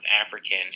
african